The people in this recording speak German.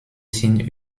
sind